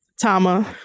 Tama